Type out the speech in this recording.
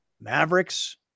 Mavericks